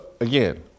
again